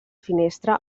finestra